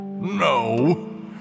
No